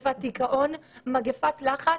דיכאון, לחץ.